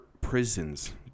prisons